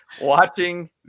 watching –